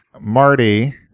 Marty